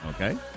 Okay